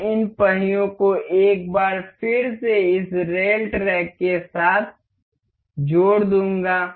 मैं इन पहियों को एक बार फिर से इस रेल ट्रैक के साथ जोड़ दूँगा